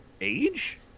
Age